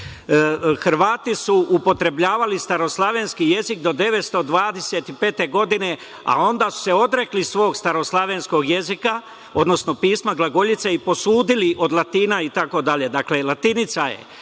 su upotrebljavali staroslavenski jezik do 1925. godine, a onda su se odrekli svog staroslavenskog jezika, odnosno pisma glagoljice i posudili od Latina itd. Dakle, latinica je